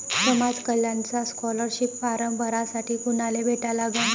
समाज कल्याणचा scholarship form भरासाठी कुनाले भेटा लागन?